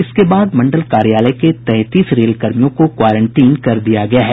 जिसके बाद मंडल कार्यालय के तैंतीस रेल कर्मियों को क्वारेंटीन कर दिया गया है